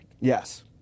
Yes